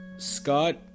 Scott